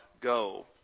Go